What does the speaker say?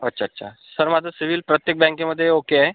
अच्छा अच्छा सर माझं सिविल प्रत्येक बँकेमध्ये ओके आहे